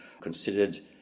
considered